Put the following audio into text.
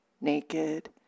naked